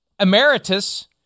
emeritus